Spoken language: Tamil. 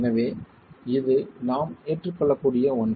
எனவே இது நாம் ஏற்றுக்கொள்ளக்கூடிய ஒன்று